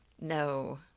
No